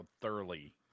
thoroughly